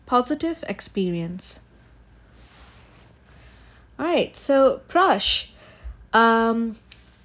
positive experience alright so prash um